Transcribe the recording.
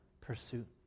pursuit